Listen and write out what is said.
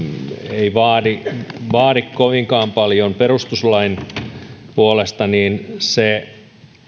ei vaadi vaadi kovinkaan paljon perustuslain puolesta niin se